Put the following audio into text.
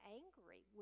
angry